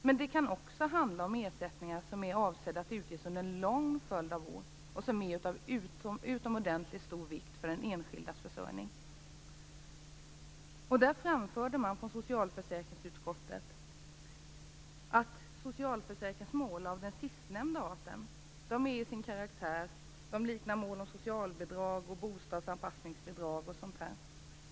Men det kan också handla om ersättningar som är avsedda att utges under en lång följd av år och som är av utomordentligt stor vikt för den enskildes försörjning. Man framförde från socialförsäkringsutskottet att socialförsäkringsmål av den sistnämnda arten till sin karaktär liknar mål om socialbidrag, bostadsanpassningsbidrag och sådant.